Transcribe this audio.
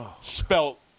Spelt